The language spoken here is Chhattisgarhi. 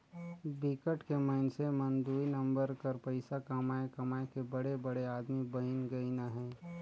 बिकट के मइनसे मन दुई नंबर कर पइसा कमाए कमाए के बड़े बड़े आदमी बइन गइन अहें